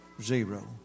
zero